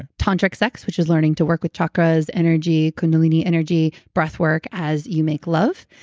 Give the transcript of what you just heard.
ah tantric sex, which is learning to work with chakras, energy, kundalini energy, breath work, as you make love.